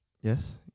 Yes